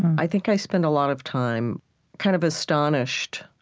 i think i spend a lot of time kind of astonished